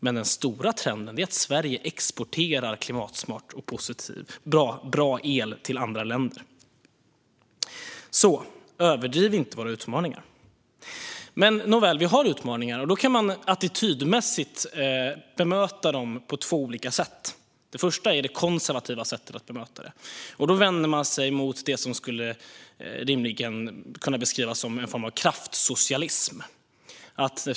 Men den stora trenden är att Sverige exporterar klimatsmart och bra el till andra länder. Överdriv inte våra utmaningar. Vi har utmaningar. Man kan attitydmässigt bemöta dem på två olika sätt. Det första är det konservativa sättet att bemöta dem. Då vänder man sig till det som rimligen skulle kunna beskrivas som en form av kraftsocialism.